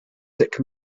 thick